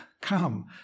Come